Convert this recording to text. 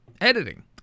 editing